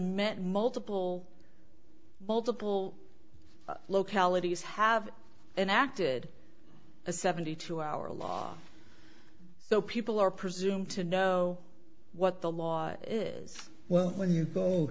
meant multiple multiple localities have enacted a seventy two hour law so people are presume to know what the law is well when you go